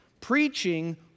preaching